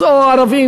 או ערבים,